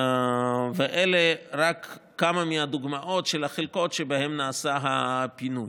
אלה רק כמה דוגמאות לחלקות שבהן נעשה הפינוי.